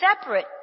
separate